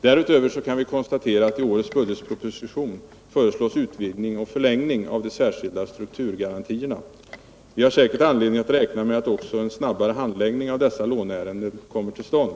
Därutöver kan vi konstatera att i årets budgetproposition föreslås utvidgning och förlängning av de särskilda strukturgarantierna. Vi har säkert anledning att räkna med att också en snabbare handläggning av dessa låneärenden kommer till stånd.